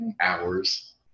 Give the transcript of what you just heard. hours